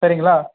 சரிங்களா